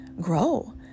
grow